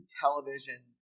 television